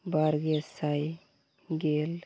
ᱵᱟᱨ ᱜᱮᱥᱟᱭ ᱜᱮᱞ